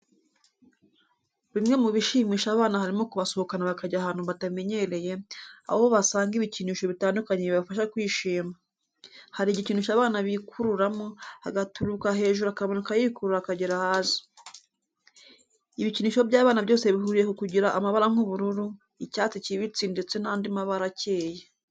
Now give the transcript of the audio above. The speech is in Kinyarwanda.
Bimwe mu bishimisha abana harimo kubasohokana bakajya ahantu batamenyereye aho basanga ibikinisho bitandukanye bibafasha kwishima. Hari igikinisho abana bikururamo, agaturuka hejuru akamunuka yikurura akagera hasi. Ibikinisho by'abana byose bihuriye ku kugira amabara nk'ubururu, icyatsi kibisi ndetse n'andi mabara akeye.